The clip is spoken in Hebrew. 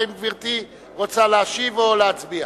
האם גברתי רוצה להשיב או להצביע?